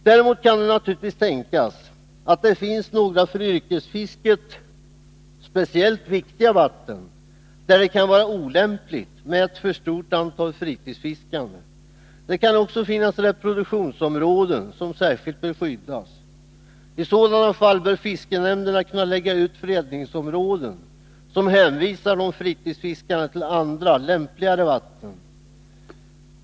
Däremot kan det naturligtvis tänkas att det finns några för yrkesfisket speciellt viktiga vatten, där det kan vara olämpligt med ett för stort antal fritidsfiskande. Det kan också finnas reproduktionsområden som särskilt bör skyddas. I sådana fall bör fiskenämnderna kunna lägga ut fredningsområden som hänvisar fritidsfiskarna till andra, lämpligare vatten.